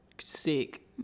sick